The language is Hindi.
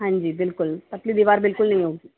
हाँ जी बिल्कुल पतली दीवार बिल्कुल नहीं होगी